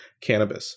cannabis